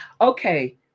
okay